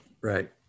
Right